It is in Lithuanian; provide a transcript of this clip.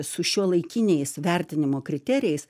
su šiuolaikiniais vertinimo kriterijais